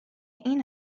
این